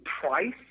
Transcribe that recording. price